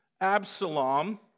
Absalom